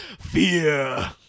Fear